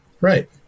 Right